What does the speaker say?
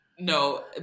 No